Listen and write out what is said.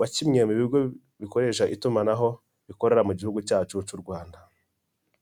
wa kimwe mu bigo bikoresha itumanaho bikorera mu gihugu cyacu cy'u Rwanda.